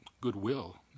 goodwill